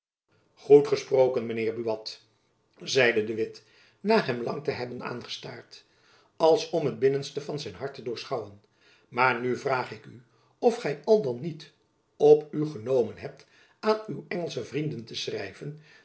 goed gesproken mijn heer buat zeide de witt na hem lang te hebben aangestaard als om het binnenste van zijn hart te doorschouwen maar nu vraag ik u of gy al dan niet op u genomen hebt aan uw engelsche vrienden te schrijven